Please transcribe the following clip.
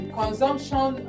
consumption